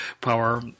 power